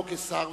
לא כשר,